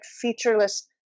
featureless